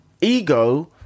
ego